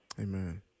Amen